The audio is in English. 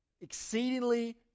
exceedingly